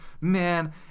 Man